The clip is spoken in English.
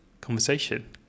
conversation